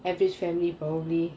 of his family probably